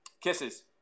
Kisses